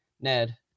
Ned